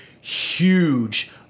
huge